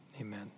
Amen